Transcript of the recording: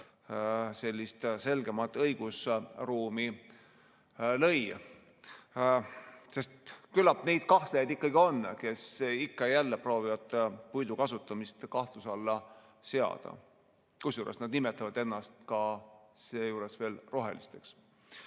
lõi ka selgemat õigusruumi. Sest küllap neid kahtlejaid on, kes ikka ja jälle proovivad puidu kasutamist kahtluse alla seada. Kusjuures nad nimetavad ennast seejuures veel rohelisteks.